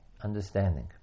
understanding